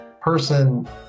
person